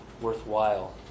worthwhile